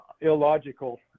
illogical